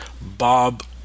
Bob